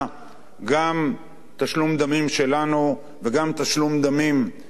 גם תשלום דמים שלנו, וגם תשלום דמים של אויבינו.